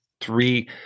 three